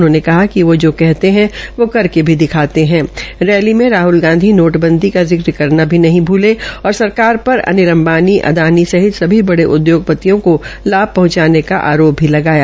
उन्होंने कहा कि वो जो कहते है वो करके दिखाते है रैली में राहल गांधी नोटबंदी का जिक्र करना भी नहीं भूले और सरकारपर अनिल अम्बानी अदानी सहित सभी बड़े उदयोगपतियों को लाभ पहंचाने का आरोप भी लगाया